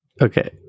Okay